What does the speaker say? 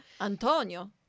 Antonio